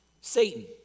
Satan